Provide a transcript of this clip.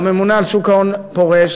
הממונה על שוק ההון פורש,